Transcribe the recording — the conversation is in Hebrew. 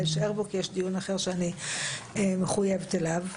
להישאר בו כי יש דיון אחר שאני מחויבת אליו.